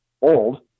old